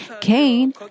Cain